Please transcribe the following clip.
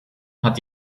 hat